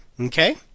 Okay